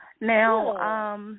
Now